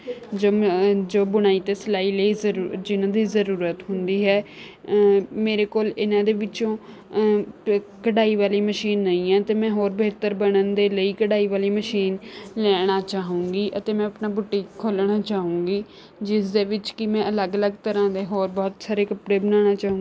ਜੋ ਜੋ ਬੁਣਾਈ ਅਤੇ ਸਿਲਾਈ ਲਈ ਜ਼ਰੂਰ ਜਿਨਾਂ ਦੀ ਜ਼ਰੂਰਤ ਹੁੰਦੀ ਹੈ ਮੇਰੇ ਕੋਲ ਇਹਨਾਂ ਦੇ ਵਿੱਚੋਂ ਕਢਾਈ ਵਾਲੀ ਮਸ਼ੀਨ ਨਹੀਂ ਹੈ ਅਤੇ ਮੈਂ ਹੋਰ ਬਿਹਤਰ ਬਣਨ ਦੇ ਲਈ ਕਢਾਈ ਵਾਲੀ ਮਸ਼ੀਨ ਲੈਣਾ ਚਾਹੂੰਗੀ ਅਤੇ ਮੈਂ ਆਪਣਾ ਬੂਟੀਕ ਖੋਲ੍ਹਣਾ ਚਾਹੂੰਗੀ ਜਿਸ ਦੇ ਵਿੱਚ ਕਿ ਮੈਂ ਅਲੱਗ ਅਲੱਗ ਤਰ੍ਹਾਂ ਦੇ ਹੋਰ ਬਹੁਤ ਸਾਰੇ ਕੱਪੜੇ ਬਣਾਉਣਾ ਚਾਹੁੰਦੀ